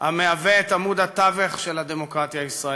שהוא עמוד התווך של הדמוקרטיה הישראלית.